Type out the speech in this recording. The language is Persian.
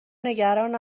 نگران